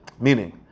Meaning